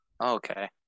Okay